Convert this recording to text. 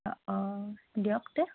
অঁ অঁ দিয়ক তে